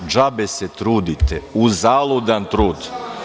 Džabe se trudite, uzaludan trud.